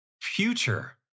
Future